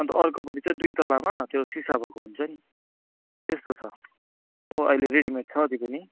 अन्त अर्कोपटि चाहिँ दुई तलामा त्यो सिसा भएको हुन्छ नि त्यस्तो छ हो अहिले रेडिमेड छ त्यो पनि